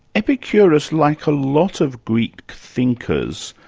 epicurus like a lot of greek thinkers,